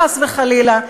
חס וחלילה,